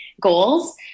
goals